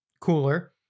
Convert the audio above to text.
cooler